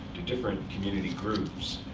to different community groups,